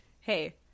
hey